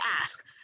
ask